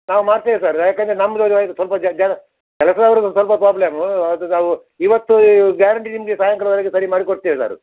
ನಾವು ಮಾಡ್ತೇವೆ ಸರ್ ಯಾಕೆಂದರೆ ನಮ್ದು ಏರ್ಯಾಗೆ ಸ್ವಲ್ಪ ಜನ ಕೆಲಸದವ್ರಿಗೆ ಒಂದ್ಸ್ವಲ್ಪ ಪ್ರಾಬ್ಲಮ್ಮೂ ಅದು ನಾವು ಇವತ್ತೂ ಗ್ಯಾರಂಟಿ ನಿಮಗೆ ಸಾಯಂಕಾಲದ ಒಳಗೆ ಸರಿ ಮಾಡಿ ಕೊಡ್ತೇವೆ ಸರ್